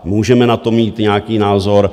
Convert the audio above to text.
Můžeme na to mít nějaký názor.